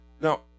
Now